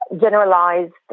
generalized